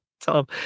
Tom